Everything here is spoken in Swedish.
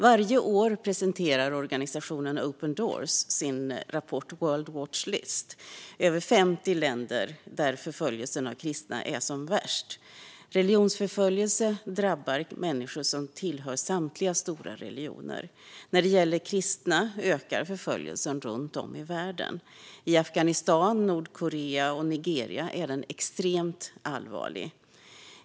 Varje år presenterar organisationen Open Doors sin rapport World Watch List över de 50 länder där förföljelsen av kristna är som värst. Religionsförföljelse drabbar människor som tillhör samtliga stora religioner. När det gäller kristna ökar förföljelsen runt om i världen, och i Afghanistan, Nordkorea och Nigeria är den extremt allvarlig.